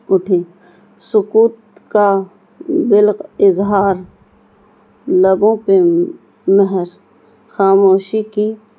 اٹھیں سکوت کا بلک اظہار لبوں پہ مہر خاموشی کی